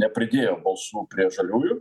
nepridėjo balsų prie žaliųjų